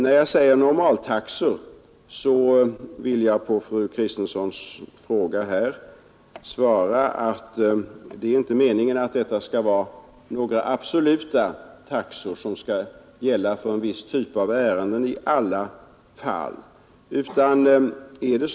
När jag säger normaltaxor, vill jag på fru Kristenssons fråga svara ati det inte är meningen att det skall fastställas några absoluta taxor, som skall gälla för viss typ av ärenden i alla tillämpliga fall.